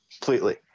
Completely